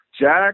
Jack